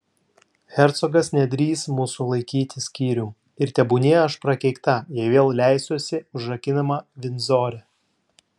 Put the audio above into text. hercogas nedrįs mūsų laikyti skyrium ir tebūnie aš prakeikta jei vėl leisiuosi užrakinama vindzore